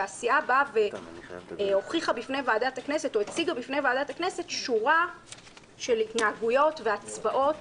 והסיעה באה והוכיחה והציגה בפני ועדת הכנסת שורה של התנהגויות והצבעות